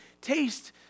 taste